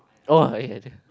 oh eh I think